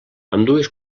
ambdues